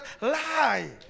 lie